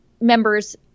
members